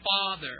Father